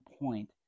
point